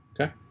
Okay